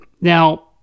Now